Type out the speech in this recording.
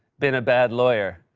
been a bad lawyer.